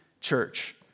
church